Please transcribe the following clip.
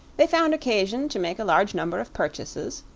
they found occasion to make a large number of purchases,